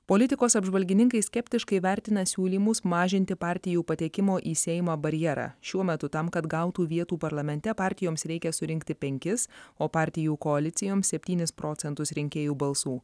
politikos apžvalgininkai skeptiškai vertina siūlymus mažinti partijų patekimo į seimą barjerą šiuo metu tam kad gautų vietų parlamente partijoms reikia surinkti penkis o partijų koalicijoms septynis procentus rinkėjų balsų